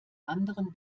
anderen